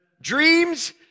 Dreams